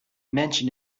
mentioned